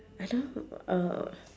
I don't know uh